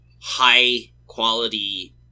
high-quality